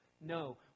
No